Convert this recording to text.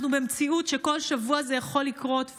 אנחנו במציאות שבכל שבוע זה יכול לקרות,